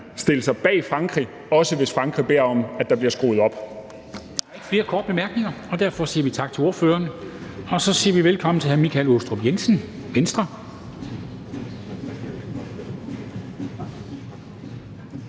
stille sig bag Frankrig, også hvis Frankrig beder om, at der bliver skruet op.